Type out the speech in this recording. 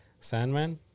Sandman